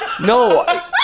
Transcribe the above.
No